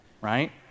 Right